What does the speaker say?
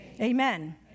Amen